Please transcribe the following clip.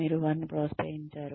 మీరు వారిని ప్రోత్సహించారు